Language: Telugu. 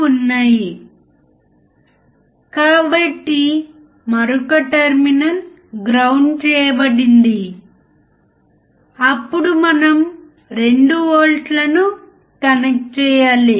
ఆ విధంగా మనం ఈక్వివాలెంట్ సర్క్యూట్ లేదా సమాన వోల్టేజ్ యాంప్లిఫైయర్ మోడల్ను గీయవచ్చు